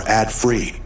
ad-free